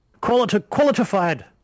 qualified